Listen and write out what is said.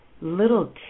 little